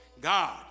God